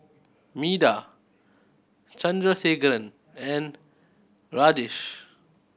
Medha Chandrasekaran and Rajesh